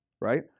Right